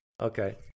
Okay